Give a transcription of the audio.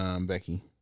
Becky